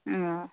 ᱳ